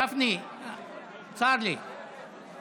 איפה היית 12 שנה?